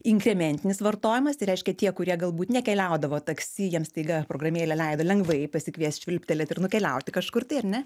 inkrementinis vartojimas tai reiškia tie kurie galbūt nekeliaudavo taksi jiems staiga programėlė leido lengvai pasikviest švilptelėt ir nukeliauti kažkur tai ar ne